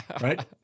right